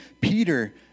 Peter